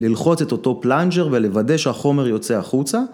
ללחוץ את אותו פלנג'ר ולוודא שהחומר יוצא החוצה